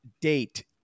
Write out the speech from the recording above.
date